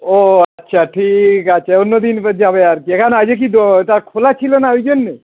ও আচ্ছা ঠিক আছে অন্য দিন যাবে আর কি কেনো আজকে কি দো ওটা খোলা ছিলো না ওই জন্যে